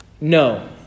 No